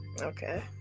Okay